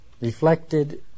reflected